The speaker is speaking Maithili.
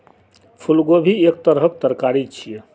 फूलगोभी एक तरहक तरकारी छियै